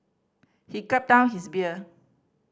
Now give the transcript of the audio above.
he gulped down his beer